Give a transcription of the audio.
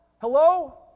Hello